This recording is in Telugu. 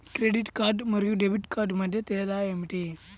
క్రెడిట్ కార్డ్ మరియు డెబిట్ కార్డ్ మధ్య తేడా ఏమిటి?